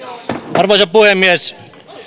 arvoisa puhemies